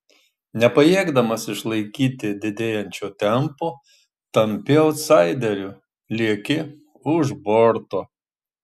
nepajėgdamas išlaikyti didėjančio tempo tampi autsaideriu lieki už borto